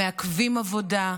מעכבים עבודה.